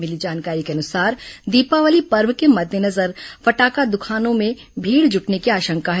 मिली जानकारी के अनुसार दीपावली पर्व के मद्देनजर फटाखा दुकानों में भीड़ जुटने की आशंका है